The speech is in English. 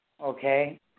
Okay